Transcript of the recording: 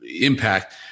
impact